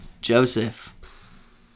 Joseph